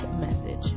message